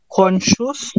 conscious